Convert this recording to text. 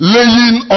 Laying